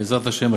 בעזרת השם,